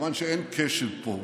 כיוון שאין קשב פה,